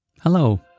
Hello